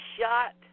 shot –